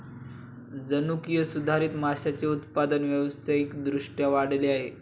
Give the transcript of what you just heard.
जनुकीय सुधारित माशांचे उत्पादन व्यावसायिक दृष्ट्या वाढले आहे